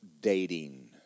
dating